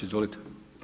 Izvolite.